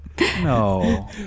No